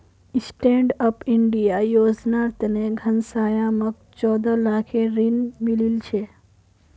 stand up India योजनार तने घनश्यामक चौदह लाखेर ऋण मिलील छ